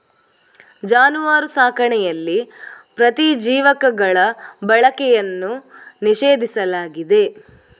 ಜಾನುವಾರು ಸಾಕಣೆಯಲ್ಲಿ ಪ್ರತಿಜೀವಕಗಳ ಬಳಕೆಯನ್ನು ನಿಷೇಧಿಸಲಾಗಿದೆ